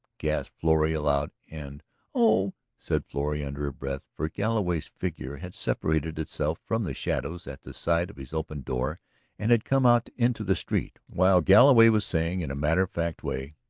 gasped florrie aloud. and oh! said florrie under her breath. for galloway's figure had separated itself from the shadows at the side of his open door and had come out into the street, while galloway was saying in a matter-of-fact way